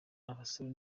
abasore